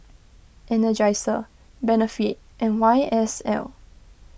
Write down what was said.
Energizer Benefit and Y S L